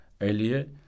earlier